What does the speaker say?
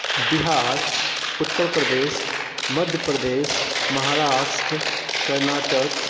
Bihar Uttar Pradesh Madhya Pradesh Maharashtra Karnataka